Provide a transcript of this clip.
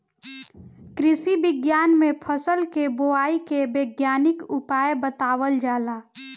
कृषि विज्ञान में फसल के बोआई के वैज्ञानिक उपाय बतावल जाला